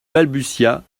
balbutia